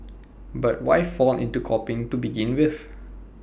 but why fall into copying to begin with